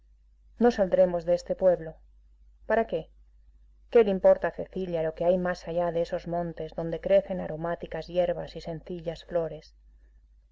no saldremos de este pueblo para qué qué le importa a cecilia lo que hay más allá de esos montes donde crecen aromáticas hierbas y sencillas flores